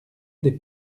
des